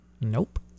Nope